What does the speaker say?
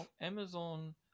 Amazon